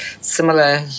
similar